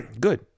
good